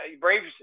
Braves